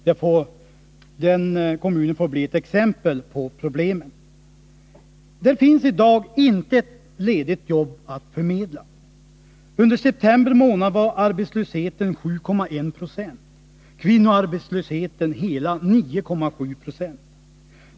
Den kommunen får bli ett exempel på problemen. Det finns i dag inte ett enda ledigt jobb att förmedla. Under september månad var arbetslösheten 7,1 20, och kvinnoarbetslösheten hela 9,7 Jo.